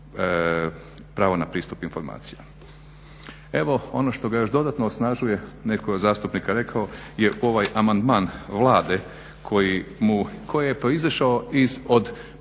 pravo na pristup informaciji. Evo, ono što ga još dodatno osnažuje, netko je od zastupnika rekao je ovaj amandman Vlade koji mu, koji je proizašao